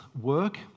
work